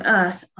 earth